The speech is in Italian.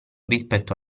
rispetto